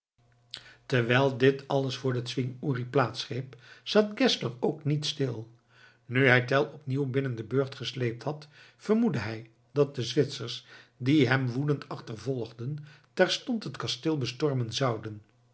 terwijl dit alles vr den zwing uri plaats greep zat geszler ook niet stil nu hij tell opnieuw binnen den burcht gesleept had vermoedde hij dat de zwitsers die hem woedend achtervolgden terstond het kasteel bestormen zouden